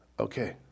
okay